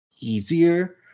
easier